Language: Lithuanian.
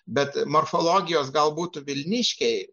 bet morfologijos gal būtų vilniškiai